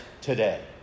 today